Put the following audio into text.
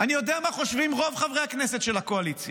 אני יודע מה חושבים רוב חברי הכנסת של הקואליציה.